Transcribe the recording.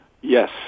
Yes